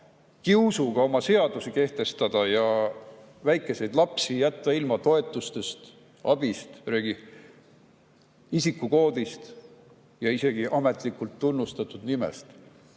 kiusuga oma seadusi kehtestada ja väikeseid lapsi jätta ilma toetustest, abist, isikukoodist ja isegi ametlikult tunnustatud nimest.